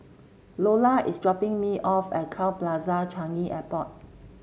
Lolla is dropping me off at Crowne Plaza Changi Airport